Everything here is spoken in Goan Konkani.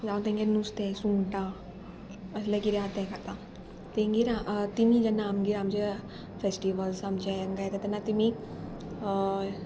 हांव तेंगे नुस्तें सुंगटां असलें कितें आतां तें खाता तेंगेर तेमी जेन्ना आमगेर आमचे फेस्टिवल्स आमचे हेका येता तेन्ना तिमी